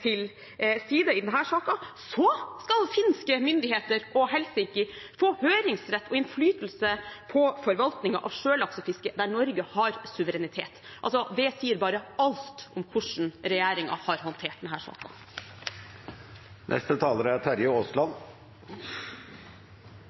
til side i denne saken, skal finske myndigheter og Helsinki få høringsrett og innflytelse på forvaltningen av sjølaksefisket der Norge har suverenitet. Det sier bare alt om hvordan regjeringen har håndtert